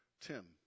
Tim